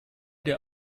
der